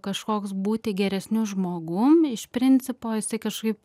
kažkoks būti geresniu žmogum iš principo jisai kažkaip